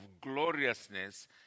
gloriousness